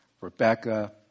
Rebecca